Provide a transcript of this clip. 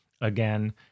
Again